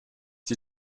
dir